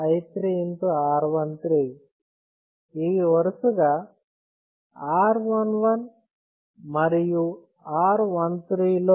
R13 ఇవి వరుసగా R11 మరియు R13 లో ఓల్టేజ్ డ్రాప్స్